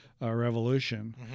revolution